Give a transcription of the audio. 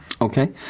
Okay